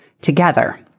together